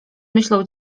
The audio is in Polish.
myślą